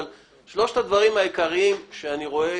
אלה שלושת הדברים העיקריים שאני רואה